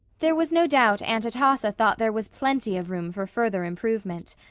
there was no doubt aunt atossa thought there was plenty of room for further improvement.